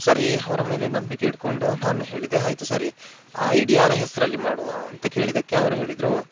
ಸರಿ ಅವರ ಮೇಲೆ ನಂಬಿಕೆ ಇಟ್ಟುಕೊಂಡು ನಾನು ಹೇಳಿದೆ ಆಯಿತು ಸರಿ ಆ ಐ ಡಿ ಯಾರ ಹೆಸರಲ್ಲಿ ಮಾಡುವ ಅಂತ ಕೇಳಿದ್ದಕ್ಕೆ ಅವ್ರು ಹೇಳಿದರು